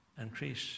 increase